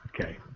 Okay